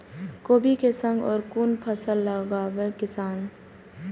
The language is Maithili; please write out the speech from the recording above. कोबी कै संग और कुन फसल लगावे किसान?